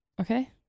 okay